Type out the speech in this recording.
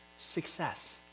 success